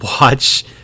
watch